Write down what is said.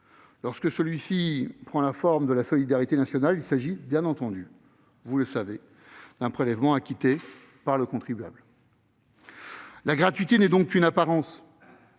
Lorsque ce dernier prend la forme de la solidarité nationale, cela implique, bien entendu, un prélèvement acquitté par le contribuable. La gratuité n'est donc qu'une apparence.